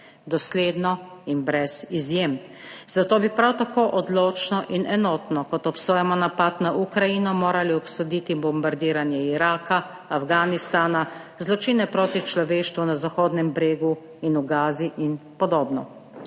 dosledno in brez izjem. Zato bi prav tako odločno in enotno, kot obsojamo napad na Ukrajino, morali obsoditi bombardiranje Iraka, Afganistana, zločine proti človeštvu na Zahodnem bregu in v Gazi in podobno.